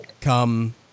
come